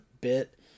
bit